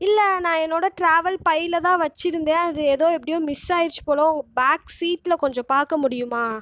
இல்லைண்ணா என்னோட ட்ராவல் பையில் தான் வச்சுருந்தேன் அது ஏதோ எப்படியோ மிஸ் ஆகிருச்சு போல உங்கள் பேக் சீட்டில் கொஞ்சம் பார்க்க முடியுமா